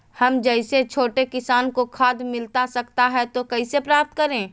हम जैसे छोटे किसान को खाद मिलता सकता है तो कैसे प्राप्त करें?